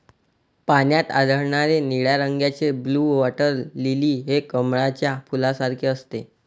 पाण्यात आढळणारे निळ्या रंगाचे ब्लू वॉटर लिली हे कमळाच्या फुलासारखे असते